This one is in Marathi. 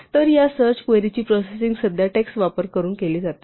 तर या सर्च क्वेरीची प्रोसेसिंग सध्या टेक्स्ट वापर करून केली जाते